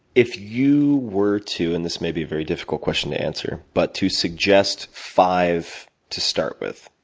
if you were to, and this may be a very difficult question to answer, but to suggest five to start with.